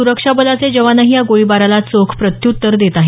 सुरक्षा बलाचे जवानही या गोळीबाराला चोख प्रत्यूत्तर देत आहेत